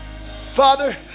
father